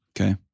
Okay